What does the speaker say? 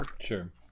sure